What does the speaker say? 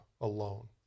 alone